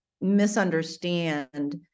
misunderstand